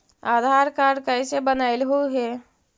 आधार card कईसे बनैलहु हे?